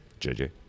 JJ